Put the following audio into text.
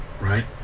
right